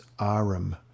Arum